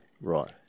Right